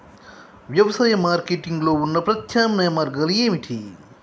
వ్యవసాయ మార్కెటింగ్ లో ఉన్న ప్రత్యామ్నాయ మార్గాలు ఏమిటి?